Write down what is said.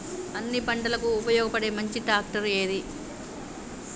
అన్ని పంటలకు ఉపయోగపడే మంచి ట్రాక్టర్ ఏది?